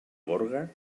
gorga